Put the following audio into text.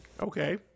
Okay